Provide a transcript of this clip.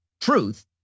truth